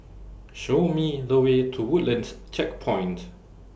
Show Me The Way to Woodlands Checkpoint